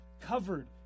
covered